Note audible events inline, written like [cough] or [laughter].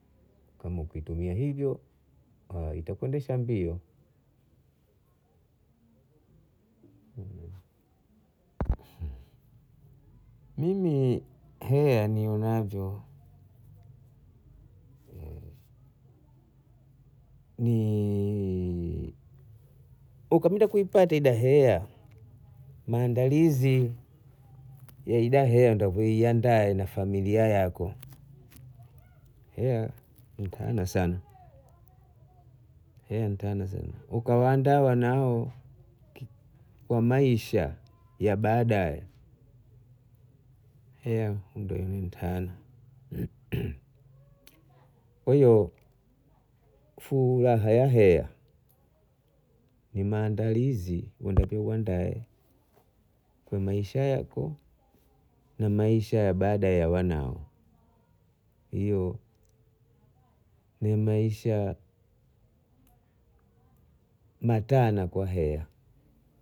kama ukiitumia hivyo [hesitation] itakuendesha mbio, mimi hea niionavyo [hesitation] ni ukabinda kuipata ida hea maandalizi ya ida hea unavyoiandaa na familia yako hea ni ntana sana hea ntana sana ukabhaanda bhanako kwa maisha ya baadae hea ndo ibhe ntana [noise] kwa hiyo furaha ya hea ni maandalizi wendae uandae kwa maisha yako na maisha ya baadae ya wanae hiyo ni maisha matana kwa hea